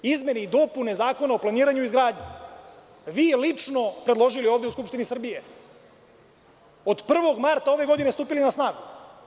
Izmene i dopune Zakona o planiranju i izgradnji, vi lično predložili ovde u Skupštini Srbije, od 1. marta ove godine stupili na snagu.